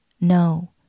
No